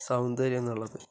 സൗന്ദര്യം എന്നുള്ളത്